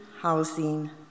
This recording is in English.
housing